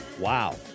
Wow